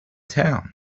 town